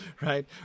right